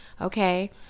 okay